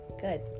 good